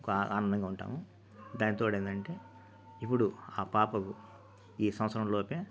ఒక ఆనందంగా ఉంటాము దానికితోడు ఏందంటే ఇప్పుడు ఆ పాపకు ఈ సంవత్సరంలోపే